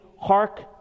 hark